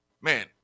Man